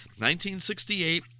1968